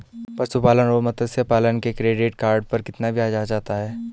पशुपालन और मत्स्य पालन के क्रेडिट कार्ड पर कितना ब्याज आ जाता है?